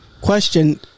Question